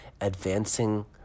advancing